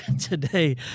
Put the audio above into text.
today